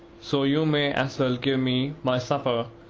so you may as well give me my supper,